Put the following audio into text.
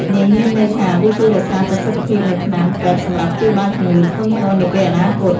នេះមានន័យថា វាជួយរក្សាប្រសិទ្ធភាពនៃថ្នាំពេទ្យសម្រាប់ព្យាបាលជំងឺធ្ងន់ធ្ងរនាពេលអនាគត។